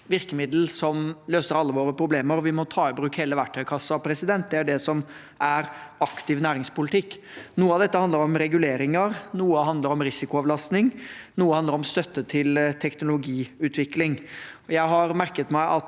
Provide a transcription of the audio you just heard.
virkemiddel som løser alle våre problemer, og vi må ta i bruk hele verktøykassen. Det er det som er aktiv næringspolitikk. Noe av dette handler om reguleringer, noe handler om risikoavlastning, noe handler om støtte til teknologiutvikling. Jeg har merket meg at